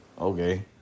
Okay